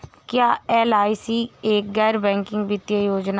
क्या एल.आई.सी एक गैर बैंकिंग वित्तीय योजना है?